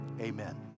Amen